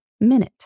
minute